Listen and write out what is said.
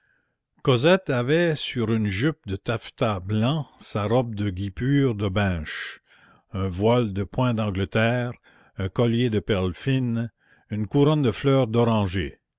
cosette avait sur une jupe de taffetas blanc sa robe de guipure de binche un voile de point d'angleterre un collier de perles fines une couronne de fleurs d'oranger